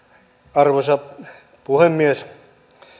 arvoisa puhemies